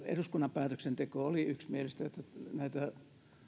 eduskunnan päätöksenteko oli yksimielistä näitä